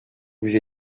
vous